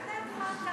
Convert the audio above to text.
מה דעתך אתה?